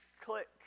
click